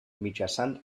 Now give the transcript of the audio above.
mitjançant